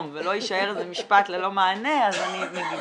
ולא יישאר איזה משפט ללא מענה אז אני מגיבה.